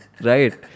right